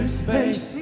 space